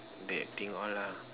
that thing all lah